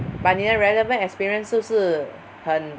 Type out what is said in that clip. but 你的 relevant experience 是不是很